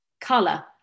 color